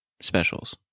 specials